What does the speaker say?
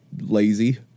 lazy